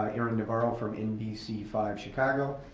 ah erin nevarro from nbc five chicago.